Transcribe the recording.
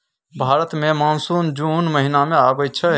भारत मे मानसून जुन महीना मे आबय छै